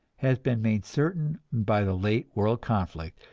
has been made certain by the late world conflict,